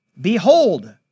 Behold